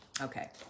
Okay